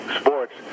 sports